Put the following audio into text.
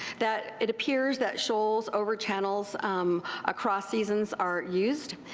that it appears that shoals over channels across seasons are used,